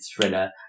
thriller